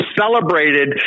celebrated